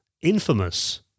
infamous